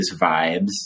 vibes